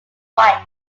white